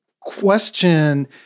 question